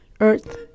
Earth